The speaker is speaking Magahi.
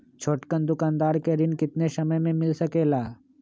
छोटकन दुकानदार के ऋण कितने समय मे मिल सकेला?